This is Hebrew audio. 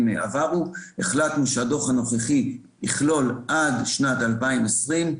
עברו - החלטנו שהדוח הנוכחי יכלול עד לשנת 2020,